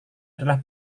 adalah